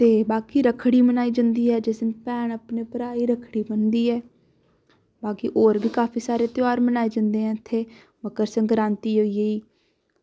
ते बाकी रक्खड़ी मनाई जंदी ऐ भैन अपने भ्रांऐं ई रक्खड़ी दिंदी ऐ बाकी होर बी बाकी ध्यार मनाये जंदे ऐ इत्थें मकर सक्रांति होई